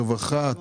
רווחה,